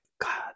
God